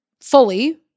fully